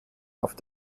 auf